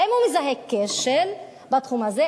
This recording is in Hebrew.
האם הוא מזהה כשל בתחום הזה?